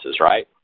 right